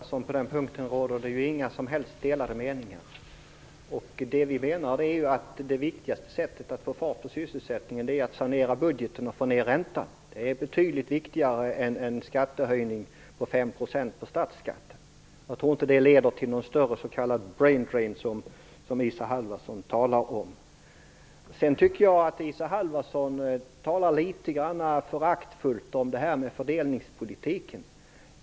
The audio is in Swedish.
Fru talman! Isa Halvarsson, på den punkten råder det inga som helst delade meningar. Det vi menar är att det viktigaste sättet att få fart på sysselsättningen är att sanera budgeten och få ner räntan. Det är betydligt viktigare än en skattehöjning på 5 % på statsskatten. Jag tror inte att det leder till någon större s.k. "brain-drain", som Isa Halvarsson talar om. Sedan tycker jag att Isa Halvarsson talar litet grand föraktfullt om detta med fördelningspolitiken.